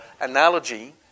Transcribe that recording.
analogy